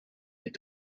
had